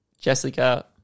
Jessica